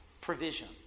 provision